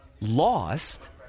lost